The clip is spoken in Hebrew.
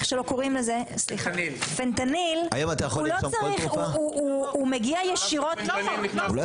הוא מגיע ישירות --- לא.